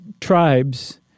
tribes